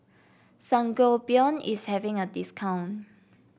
Sangobion is having a discount